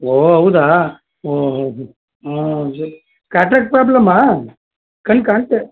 ಓ ಹೌದಾ ಓ ಕ್ಯಾಟ್ರಾಕ್ಟ್ ಪ್ರಾಬ್ಲಮ್ಮಾ ಕಣ್ಣು ಕಾಣ್ತಾ